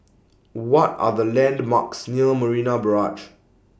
What Are The landmarks near Marina Barrage